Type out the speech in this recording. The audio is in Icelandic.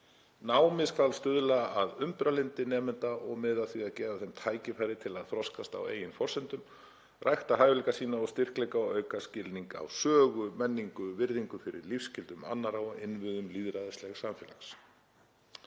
„Námið skal stuðla að umburðarlyndi nemenda og miða að því að gefa þeim tækifæri til að þroskast á eigin forsendum, rækta hæfileika sína og styrkleika og auka skilning á sögu, menningu, virðingu fyrir lífsgildum annarra og innviðum lýðræðislegs samfélags.“